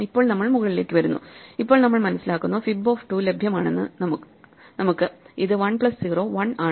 ഇപ്പോൾ നമ്മൾ മുകളിലേക്ക് വന്നു ഇപ്പോൾ നമ്മൾ മനസ്സിലാക്കുന്നു fib ഓഫ് 2 ലഭ്യമാണെന്ന് നമുക്ക് ഇത് 1 പ്ലസ് 0 1ആണ്